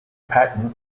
pattern